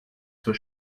zur